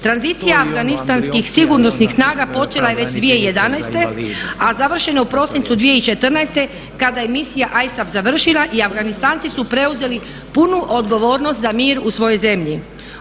Tranzicija afganistanskih sigurnosnih snaga počela je već 2011., a završena je u prosincu 2014.,kada je misija ISAF završila i Afganistanci su preuzeli punu odgovornost za mir u svojoj zemlji.